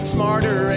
smarter